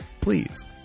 please